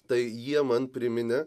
tai jie man priminė